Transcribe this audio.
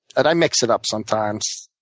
i mix it up sometimes.